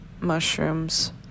mushrooms